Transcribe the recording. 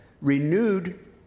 Renewed